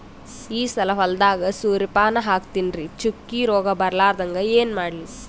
ಈ ಸಲ ಹೊಲದಾಗ ಸೂರ್ಯಪಾನ ಹಾಕತಿನರಿ, ಚುಕ್ಕಿ ರೋಗ ಬರಲಾರದಂಗ ಏನ ಮಾಡ್ಲಿ?